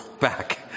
back